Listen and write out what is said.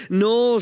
no